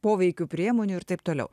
poveikių priemonių ir taip toliau